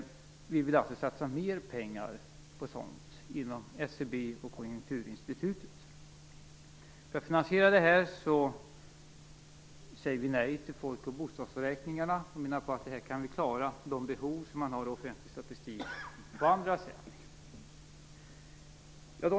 Vi vill alltså satsa mer pengar på sådant inom SCB och Konjunkturinstitutet. För att finansiera detta säger vi nej till folk och bostadsräkningarna. Vi menar att behoven av offentlig statistik kan uppfyllas på andra sätt.